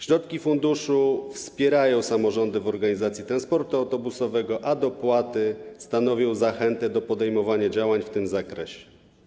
Środki funduszu wspierają samorządy w organizacji transportu autobusowego, a dopłaty stanowią zachętę do podejmowania działań w tym zakresie.